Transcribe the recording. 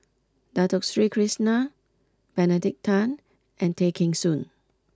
Dato Sri Krishna Benedict Tan and Tay Kheng Soon